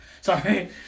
Sorry